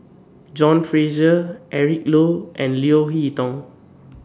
John Fraser Eric Low and Leo Hee Tong